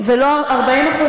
40%. 40%,